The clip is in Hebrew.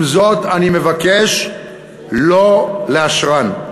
אני מבקש לא לאשרן,